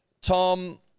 Tom